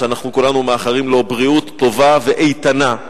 שכולנו מאחלים לו בריאות טובה ואיתנה,